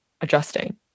adjusting